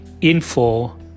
info